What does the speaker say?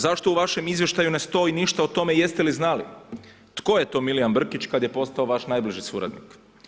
Zašto u vašem izvještaju ne stoji ništa o tome jeste li znali tko je to Milijan Brkić kad je postao vaš najbliži suradnik?